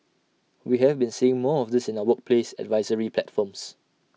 we have been seeing more of this in our workplace advisory platforms